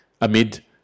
amid